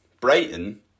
Brighton